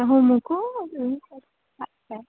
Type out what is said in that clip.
હું મૂકું હા બાય